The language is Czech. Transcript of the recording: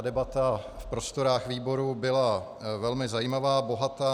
Debata v prostorách výboru byla velmi zajímavá, bohatá.